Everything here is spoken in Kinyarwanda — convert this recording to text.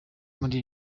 muri